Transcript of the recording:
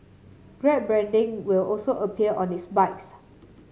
grab branding will also appear on its bikes